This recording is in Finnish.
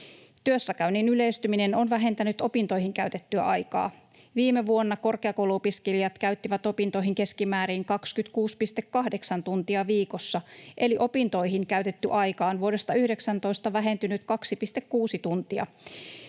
Työssäkäynnin yleistyminen on vähentänyt opintoihin käytettyä aikaa. Viime vuonna korkeakouluopiskelijat käyttivät opintoihin keskimäärin 26,8 tuntia viikossa, eli opintoihin käytetty aika on vuodesta 19 vähentynyt 2,6 tuntia.